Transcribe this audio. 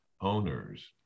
owners